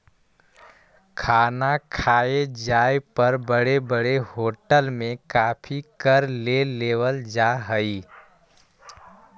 खाना खाए जाए पर बड़े बड़े होटल में काफी कर ले लेवल जा हइ